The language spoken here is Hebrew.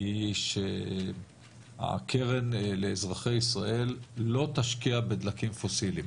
היא שהקרן לאזרחי ישראל לא תשקיע בדלקים פוסיליים.